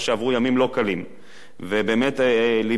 את עובדי ערוץ-10,